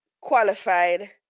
qualified